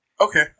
Okay